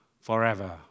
forever